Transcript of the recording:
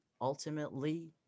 ultimately